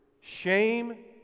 shame